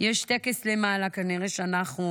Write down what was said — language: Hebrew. יש טקס למעלה, כנראה שאנחנו